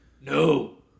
No